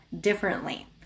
differently